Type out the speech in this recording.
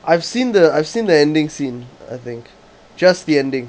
I've seen the I've seen the ending scene I think just the ending